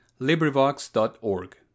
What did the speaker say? LibriVox.org